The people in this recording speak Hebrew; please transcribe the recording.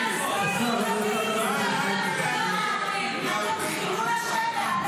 השר --- אתם חילול השם מהלך.